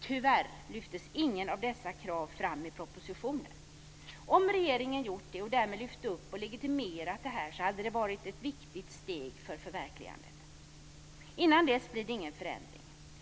Tyvärr lyftes inget av dessa krav fram i propositionen. Om regeringen gjort det och därmed lyft upp och legitimerat detta hade det varit ett viktigt steg för förverkligande. Innan dess blir det ingen förändring.